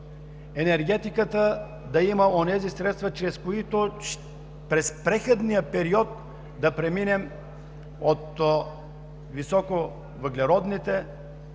енергетиката да има онези средства, чрез които през преходния период да преминем от високовъглеродните